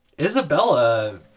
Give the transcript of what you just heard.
Isabella